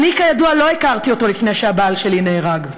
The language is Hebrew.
אני, כידוע, לא הכרתי אותו לפני שהבעל שלי נהרג.